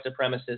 supremacists